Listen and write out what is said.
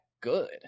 good